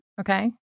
Okay